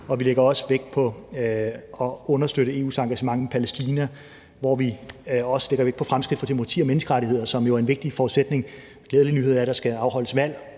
vi lægger også vægt på at støtte EU's engagement i Palæstina, hvor vi også lægger vægt på fremskridt for demokrati og menneskerettigheder, som jo er en vigtig forudsætning. Den glædelige nyhed er, at der skal afholdes valg,